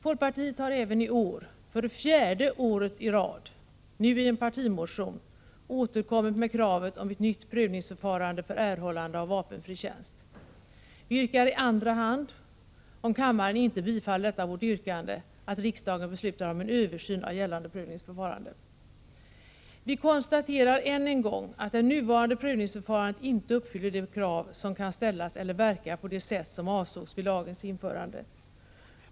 Folkpartiet har även i år, för fjärde året i rad — nuien partimotion — återkommit med kravet på ett nytt prövningsförfarande för erhållande av vapenfri tjänst. Vi yrkar i andra hand, om kammaren inte bifaller detta vårt yrkande, att riksdagen beslutar om en översyn av gällande prövningsförfarande. Vi konstaterar än en gång att det nuvarande prövningsförfarandet inte uppfyller de krav som kan ställas och att det inte verkar på det sätt som avsågs vid lagens införande.